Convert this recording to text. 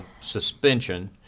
suspension